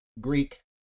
Greek